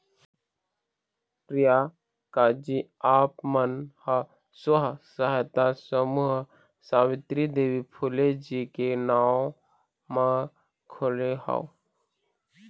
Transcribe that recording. प्रियंकाजी आप मन ह स्व सहायता समूह सावित्री देवी फूले जी के नांव म खोले हव